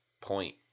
point